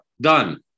done